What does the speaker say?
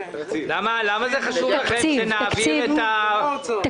תקציב, לא הוצאות.